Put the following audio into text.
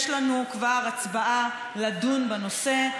יש לנו כבר הצבעה לדון בנושא.